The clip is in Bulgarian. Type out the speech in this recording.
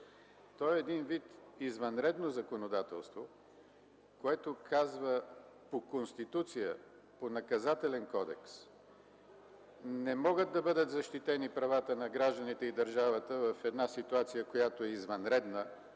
Той е един вид извънредно законодателство, което казва по Конституция, по Наказателен кодекс не могат да бъдат защитени правата на гражданите и държавата в една ситуация, която е извънредна,